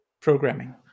programming